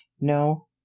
no